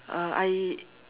uh I